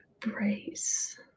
Brace